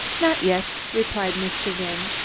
not yet, replied mr. wynne,